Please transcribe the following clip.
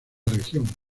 región